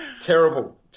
Terrible